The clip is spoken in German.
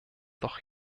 doch